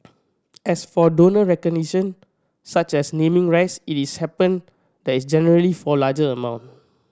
as for donor recognition such as naming rights it is happen there is generally for larger amount